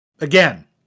Again